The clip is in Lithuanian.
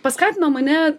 paskatino mane